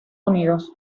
unidos